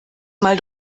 mal